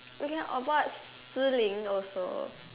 we can avoid Si-Ling also